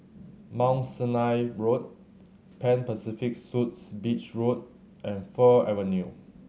Mount Sinai Road Pan Pacific Suites Beach Road and Fir Avenue